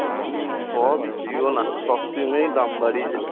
হুম সবই জিও না সব সিমেই দাম বাড়িয়েছে